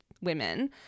women